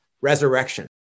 resurrection